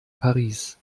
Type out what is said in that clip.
paris